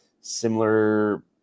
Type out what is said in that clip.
similar